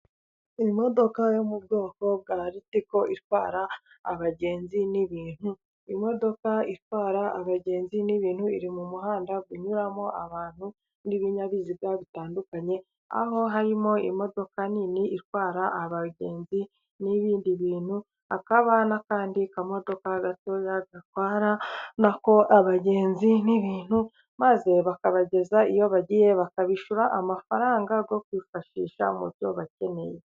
Imodoka yo mu bwoko bwa Ritiko itwara abagenzi n'ibintu, imodoka itwara abagenzi n'ibintu iri mu muhanda unyuramo abantu n'ibinyabiziga bitandukanye, aho harimo imodoka nini itwara abagenzi n'ibindi bintu ,hakaba n'akandi kamodoka gatoya gatwara na ko abagenzi n'ibintu, maze bakabageza iyo bagiye bakabishyura amafaranga yo kwifashisha mu byo bakeneye.